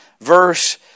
verse